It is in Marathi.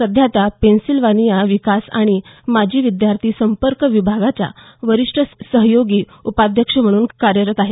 सध्या त्या पेन्सिल्वानिया विकास आणि माजी विद्यार्थी संपर्क विभागाच्या वरिष्ठ सहयोगी उपाध्यक्ष म्हणून कार्यरत आहेत